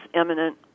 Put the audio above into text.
imminent